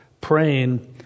praying